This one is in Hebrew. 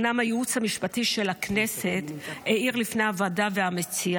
אומנם הייעוץ המשפטי של הכנסת העיר לפני הוועדה והמציע